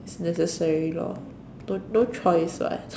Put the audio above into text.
necessary lor don't no choice [what]